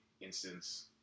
instance